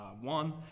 one